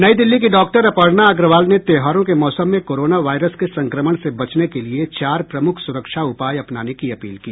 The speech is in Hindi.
नई दिल्ली की डॉक्टर अपर्णा अग्रवाल ने त्योहारों के मौसम में कोरोना वायरस के संक्रमण से बचने के लिए चार प्रमुख सुरक्षा उपाय अपनाने की अपील की